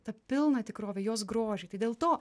tą pilną tikrovę jos grožį tai dėl to